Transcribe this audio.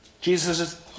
Jesus